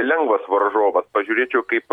lengvas varžovas pažiūrėčiau kaip